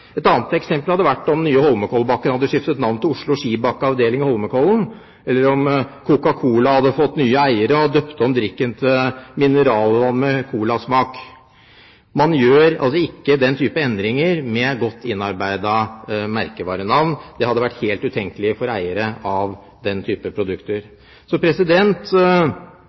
Et annet eksempel hadde vært om den nye Holmenkollbakken hadde skiftet navn til Oslo skibakke, avdeling Holmenkollen, eller om Coca-Cola hadde fått nye eiere og døpt om drikken til mineralvann med cola-smak. Man gjør ikke den type endringer med godt innarbeidede merkevarenavn. Det hadde vært helt utenkelig for eiere av den typen produkter.